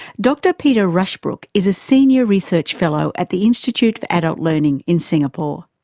dr peter rushbrook is a senior research fellow at the institute for adult learning in singapore.